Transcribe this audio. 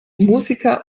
musiker